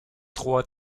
trois